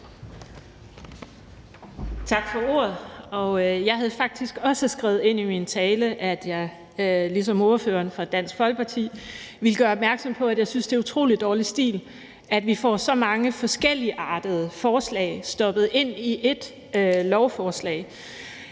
Tak for ordet. Jeg har faktisk også skrevet ind i min tale, at jeg ligesom ordføreren for Dansk Folkeparti ville gøre opmærksom på, at jeg synes, det er utrolig dårlig stil, at vi får så mange forskelligartede forslag stoppet ind i ét lovforslag.